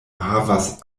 havas